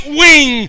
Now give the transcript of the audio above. wing